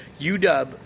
UW